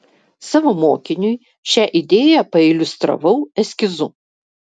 savo mokiniui šią idėją pailiustravau eskizu